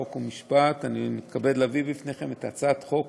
חוק ומשפט אני מתכבד להביא לפניכם את הצעת חוק